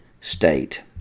state